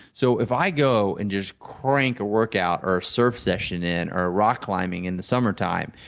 so, if i go and just crank a workout, or surf session in, or rock climbing in the summer time,